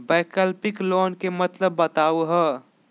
वैकल्पिक लोन के मतलब बताहु हो?